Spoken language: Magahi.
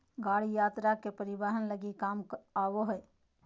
गाड़ी यात्री के परिवहन लगी काम आबो हइ